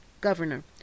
governor